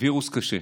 וירוס קשה.